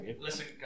Listen